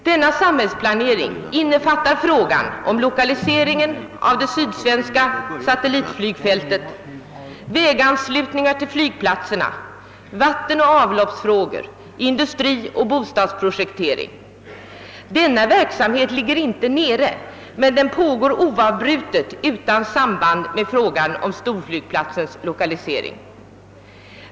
Denna planering innefattar frågan om lokalisering av det sydsvenska satellitflygfältet, väganslutningar = till flygplatserna, vattenoch avloppsfrågor, industrioch bostadsprojektering. Denna verksamhet ligger inte nere; den pågår oavbrutet, men den pågår utan samband med frågan om storflygplatsens lokalisering.